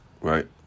Right